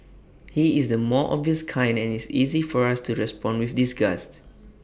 he is the more obvious kind and it's easy for us to respond with disgust